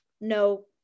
no